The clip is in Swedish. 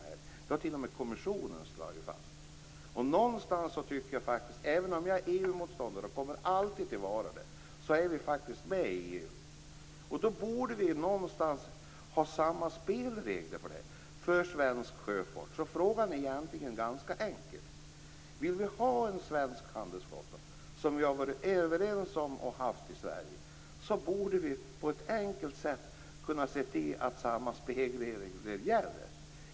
Det har t.o.m. kommissionen slagit fast. Även om jag är EU-motståndare och alltid kommer att vara det tycker jag att eftersom vi faktiskt är med i EU borde vi någonstans ha samma spelregler för svensk sjöfart. Frågan är egentligen ganska enkel: Vill vi ha en svensk handelsflotta, som vi har varit överens om att ha i Sverige? Då borde vi på ett enkelt sätt kunna se till att samma spelregler gäller.